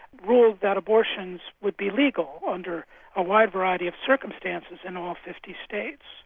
ruled that abortions would be legal under a wide variety of circumstances in all fifty states,